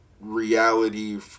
reality